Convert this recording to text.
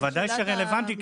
בוודאי שזה רלוונטי,